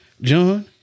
John